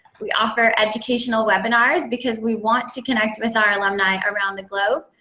we offer educational webinars because we want to connect with our alumni around the globe.